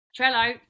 Trello